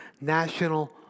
National